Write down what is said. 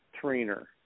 trainer